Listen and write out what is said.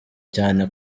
cyane